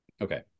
Okay